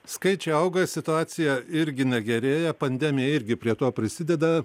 skaičiai auga situacija irgi negerėja pandemija irgi prie to prisideda